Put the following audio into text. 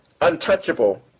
untouchable